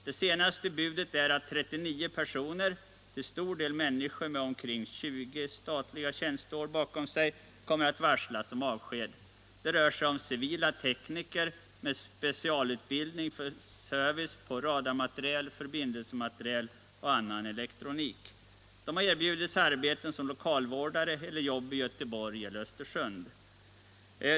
Det senaste budet är att 39 personer — till stor del människor med omkring 20 statliga tjänsteår bakom sig —- kommer att varslas om avsked. Det rör sig om civila tekniker med specialutbildning för service på radarmateriel, förbindelsemateriel och annan elektronik. De har erbjudits arbeten som lokalvårdare, eller jobb i Göteborg eller Östersund.